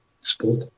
sport